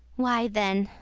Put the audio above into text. why, then,